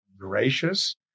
gracious